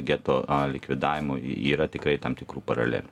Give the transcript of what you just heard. geto likvidavimo yra tikrai tam tikrų paralelių